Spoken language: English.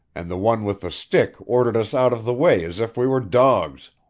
and the one with the stick ordered us out of the way as if we were dogs.